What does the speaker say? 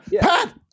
Pat